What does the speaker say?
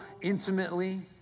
intimately